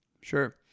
Sure